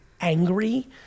angry